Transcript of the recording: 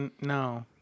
no